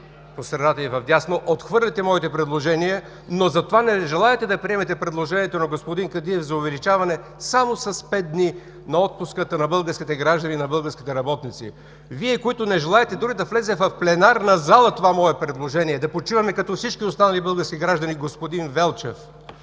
по средата и вдясно, отхвърляте моите предложения, но не желаете да приемете предложението на господин Кадиев за увеличаване само с пет дни на отпуската на българските граждани, на българските работници. Вие, които не желаете дори да влезе в пленарна зала това мое предложение – да почиваме като всички останали български граждани, господин Велчев,